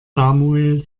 samuel